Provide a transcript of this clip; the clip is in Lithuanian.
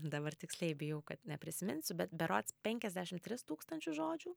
dabar tiksliai bijau kad neprisiminsiu bet berods penkiasdešim tris tūkstančius žodžių